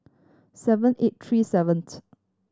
seven eight three seventh